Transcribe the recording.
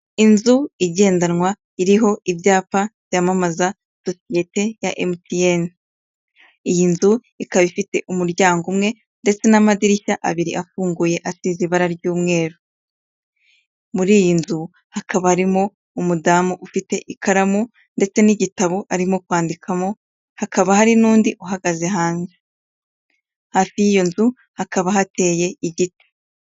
Inzu igendanwa iriho ibyapa byamamaza sosiyete ya emutiyeni, iyi nzu ikaba ifite umuryango umwe ndetse n'amadirishya abiri afunguye ateye ibara ry'umweru, muri iyi nzu hakaba harimo umudamu ufite ikaramu ndetse n'igitabo arimo kwandikamo, hakaba hari n'undi uhagaze hanze. Hafi y'iyo nzu hakaba hateye igiti.